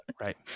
Right